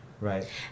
right